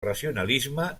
racionalisme